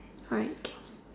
alright okay